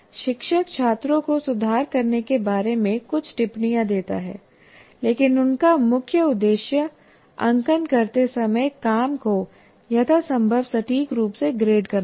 शिक्षक छात्रों को सुधार करने के बारे में कुछ टिप्पणियां देता है लेकिन उनका मुख्य उद्देश्य अंकन करते समय काम को यथासंभव सटीक रूप से ग्रेड करना है